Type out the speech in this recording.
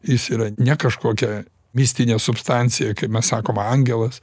jis yra ne kažkokia mistinė substancija kaip mes sakom angelas